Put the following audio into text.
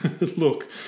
look